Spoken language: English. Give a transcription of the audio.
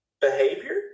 behavior